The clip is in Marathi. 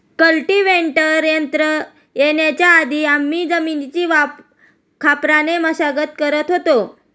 कल्टीवेटर यंत्र येण्याच्या आधी आम्ही जमिनीची खापराने मशागत करत होतो